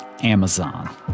Amazon